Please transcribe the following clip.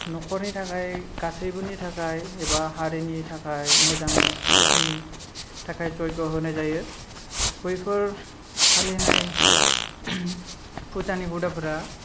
न'खरनि थाखाय गासैबोनि थाखाय एबा हारिनि थाखाय मोजांनि थाखाय जयग' होनाय जायो बैफोर फालिनाय फुजानि हुदाफोरा